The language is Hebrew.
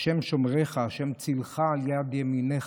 "השם שֹׁמרךָ השם צִלךָ על יד ימינךָ"